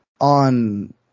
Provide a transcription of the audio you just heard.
on